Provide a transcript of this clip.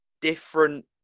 different